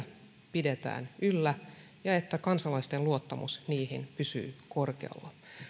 pidetään yllä ja että kansalaisten luottamus niihin pysyy korkealla